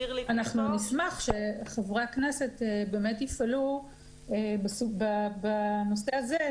אנחנו נשמח שחברי הכנסת באמת יפעלו בנושא הזה,